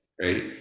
right